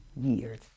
years